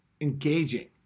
engaging